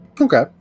Okay